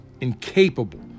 incapable